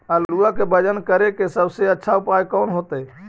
आलुआ के वजन करेके सबसे अच्छा उपाय कौन होतई?